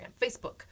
Facebook